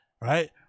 right